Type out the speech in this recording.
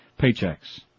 paychecks